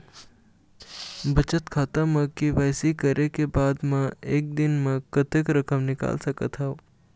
बचत खाता म के.वाई.सी करे के बाद म एक दिन म कतेक रकम निकाल सकत हव?